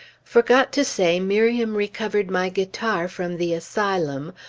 forgot to say miriam recovered my guitar from the asylum,